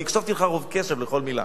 הקשבתי לך בקשב רב לכל מלה.